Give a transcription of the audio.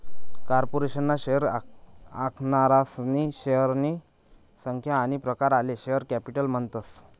corporation ना share आखनारासनी शेअरनी संख्या आनी प्रकार याले शेअर कॅपिटल म्हणतस